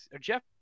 Jeff